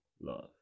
love